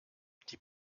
die